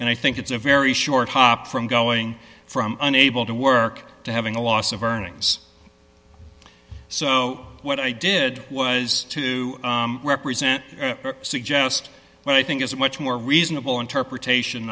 and i think it's a very short hop from going from unable to work to having a loss of earnings so what i did was to represent suggest what i think is a much more reasonable interpretation